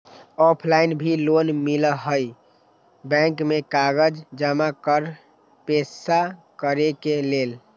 Offline भी loan मिलहई bank में कागज जमाकर पेशा करेके लेल?